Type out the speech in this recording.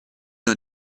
you